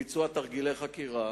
בביצוע תרגילי חקירה